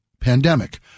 pandemic